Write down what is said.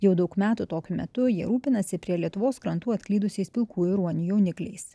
jau daug metų tokiu metu jie rūpinasi prie lietuvos krantų atklydusiais pilkųjų ruonių jaunikliais